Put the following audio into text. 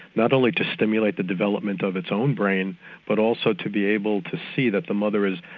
not only to stimulate the development of its own brain but also to be able to see that the mother is,